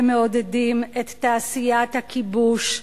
מעודדים את תעשיית הכיבוש.